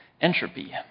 entropy